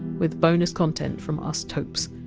with bonus content from us topes.